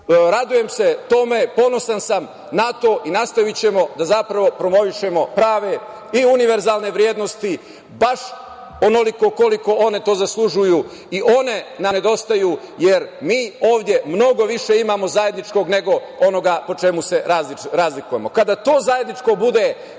se tome, ponosan sam na to i nastavićemo da promovišemo prave i univerzalne vrednosti baš onoliko koliko one to zaslužuju. One nam nedostaju, jer mi ovde mnogo više imamo zajedničkog nego onoga po čemu se razlikujemo.